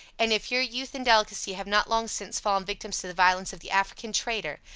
and if your youth and delicacy have not long since fallen victims to the violence of the african trader,